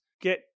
get